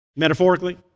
Metaphorically